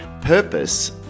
purpose